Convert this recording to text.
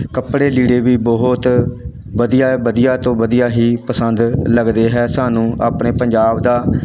ਕੱਪੜੇ ਲੀੜੇ ਵੀ ਬਹੁਤ ਵਧੀਆ ਵਧੀਆ ਤੋਂ ਵਧੀਆ ਹੀ ਪਸੰਦ ਲੱਗਦੇ ਹੈ ਸਾਨੂੰ ਆਪਣੇ ਪੰਜਾਬ ਦਾ